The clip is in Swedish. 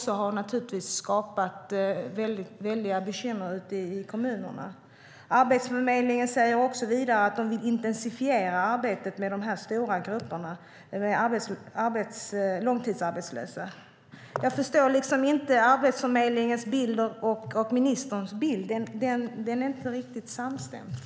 Det har naturligtvis också skapat väldiga bekymmer ute i kommunerna. Arbetsförmedlingen säger vidare att de vill intensifiera arbetet med de här stora grupperna långtidsarbetslösa. Jag förstår inte riktigt. Arbetsförmedlingens bild och ministerns bild är inte riktigt samstämmiga.